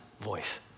voice